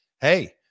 hey